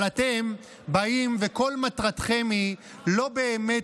אבל אתם באים וכל מטרתכם היא לא באמת